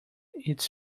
its